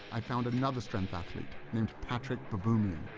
i found another strength athlete named patrik baboumian.